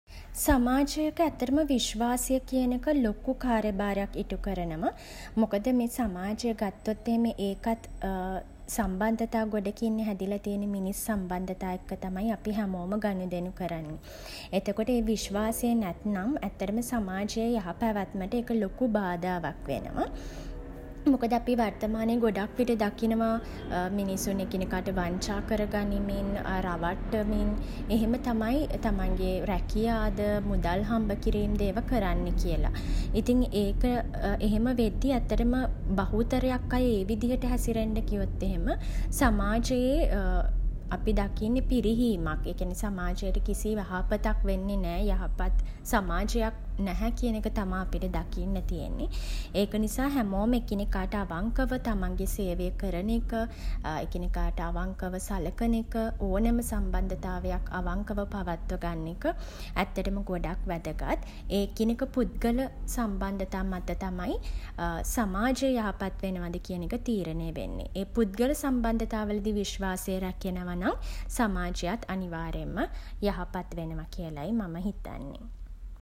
සමාජයක ඇත්තටම විශ්වාසය කියන එක ලොකු කාර්යභාරයක් ඉටු කරනවා. මොකද මේ සමාජය ගත්තොත් එහෙම ඒකත් සම්බන්ධතා ගොඩකින්නේ හැදිලා තියෙන්නේ. මිනිස් සම්බන්ධතා එක්ක තමයි අපි හැමෝම ගනුදෙනු කරන්නේ. එතකොට ඒ විශ්වාසය නැත්නම් ඇත්තටම සමාජයේ යහ පැවැත්මට ඒක ලොකු බාධාවක් වෙනවා. මොකද අපි වර්තමානයේ ගොඩක් විට දකිනවා මිනිසුන් එකිනෙකාට වංචා කර ගනිමින් රවට්ටමින් එහෙම තමයි තමන්ගේ රැකියාද මුදල් හම්බ කිරීම්ද ඒව කරන්නේ කියල. ඉතින් ඒක එහෙම වෙද්දි බහුතරයක් අය ඒ විදිහට හැසිරෙන්ඩ ගියොත් එහෙම සමාජයේ අපි දකින්නෙ පිරිහීමක්. ඒ කියන්නේ සමාජයට කිසි යහපතක් වෙන්නේ නෑ යහපත් සමාජයක් නැහැ කියන එක තමයි අපිට දකින්න තියෙන්නේ. ඒක නිසා හැමෝම එකිනෙකාට අවංකව තමන්ගේ සේවය කරන එක එකිනෙකාට අවංකව සලකන එක ඕනම සම්බන්ධතාවයක් අවංකව පවත්ව ගන්න එක ඇත්තටම ගොඩක් වැදගත්. ඒ එකිනෙක පුද්ගල සම්බන්ධතා මත තමයි සමාජය යහපත් වෙනවද කියන එක තීරණය වෙන්නේ. ඒ පුද්ගල සම්බන්ධතා වලදි විශ්වාසය රැකෙනවා නම් සමාජයත් අනිවාර්යෙන්ම යහපත් වෙනව කියලයි මම හිතන්නේ.